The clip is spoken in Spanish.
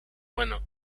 bueno